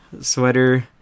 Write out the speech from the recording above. sweater